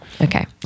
Okay